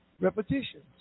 repetitions